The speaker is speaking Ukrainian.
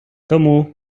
тому